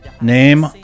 Name